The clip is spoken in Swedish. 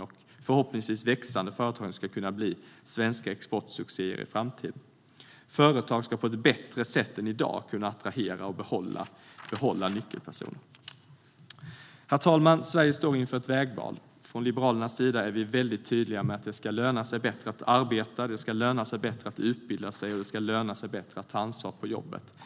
och förhoppningsvis växande företag ska kunna bli svenska exportsuccéer i framtiden. Företag ska på ett bättre sätt än i dag kunna attrahera och behålla nyckelpersoner. Herr talman! Sverige står inför ett vägval. Från Liberalernas sida är vi väldigt tydliga med att det ska löna sig bättre att arbeta, att utbilda sig och att ta ansvar på jobbet.